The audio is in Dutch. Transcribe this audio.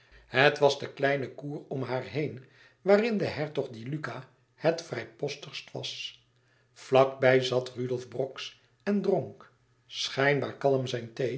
het was de kleine cour om haar heen waarin de hertog di luca het vrijpostigst was vlak bij zat rudolf brox en dronk schijnbaar kalm